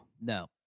No